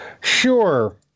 Sure